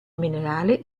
minerale